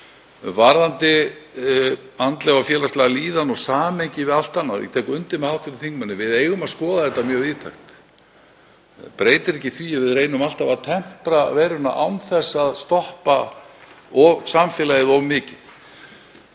Varðandi andlega og félagslega líðan og samhengi við allt annað þá tek ég undir með hv. þingmanni að við eigum að skoða þetta mjög víðtækt. Það breytir ekki því að við reynum alltaf að tempra veiruna án þess að stoppa samfélagið of mikið.